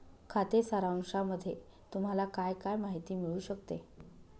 खाते सारांशामध्ये तुम्हाला काय काय माहिती मिळू शकते?